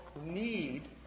need